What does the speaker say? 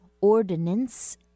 ordinance